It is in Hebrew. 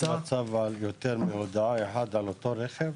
יש אפשרות שתהיה יותר מהודעה אחת על אותו רכב?